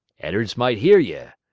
ed'ards might hear ye.